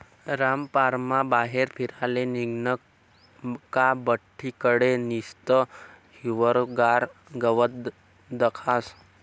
रामपाररमा बाहेर फिराले निंघनं का बठ्ठी कडे निस्तं हिरवंगार गवत दखास